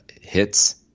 hits